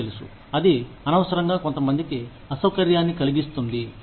మీకు తెలుసు అది అనవసరంగా కొంతమందికి అసౌకర్యాన్ని కలిగిస్తుంది